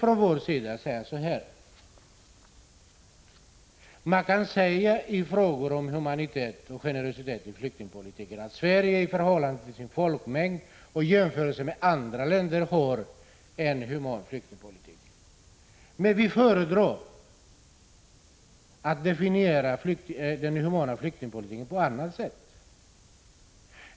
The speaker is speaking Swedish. Från vår sida säger vi: Visserligen kan det hävdas att Sverige i förhållande till sin folkmängd och i jämförelse med andra länder har en human flyktingpolitik, men vi föredrar att definiera uttrycket human flyktingpolitik på annat sätt.